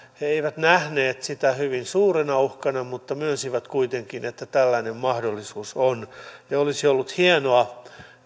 he eivät nähneet sitä hyvin suurena uhkana mutta myönsivät kuitenkin että tällainen mahdollisuus on olisi ollut hienoa